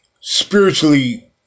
spiritually